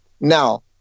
now